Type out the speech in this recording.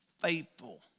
faithful